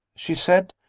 she said,